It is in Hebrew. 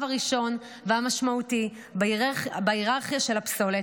הראשון והמשמעותי בהיררכיה של הפסולת,